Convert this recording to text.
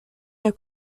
der